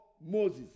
Moses